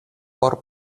por